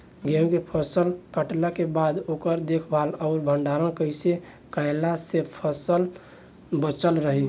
गेंहू के फसल कटला के बाद ओकर देखभाल आउर भंडारण कइसे कैला से फसल बाचल रही?